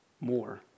more